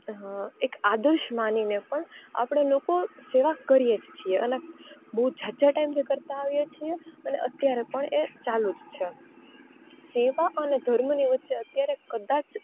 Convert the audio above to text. એક આદર્શ માનીને પણ આપણે લોકો સેવા કરીએ જ છીએ અને બહુ જાજા ટાઇમથી કરતા આવીએ છીએ અને અત્યારે પણ એ ચાલું જ છે સેવા અને ધર્મની વચ્ચે અત્યારે કદાચ